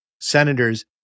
Senators